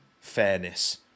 fairness